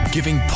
Giving